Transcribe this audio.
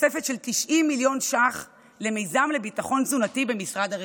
תוספת של 90 מיליון ש"ח למיזם לביטחון תזונתי במשרד הרווחה,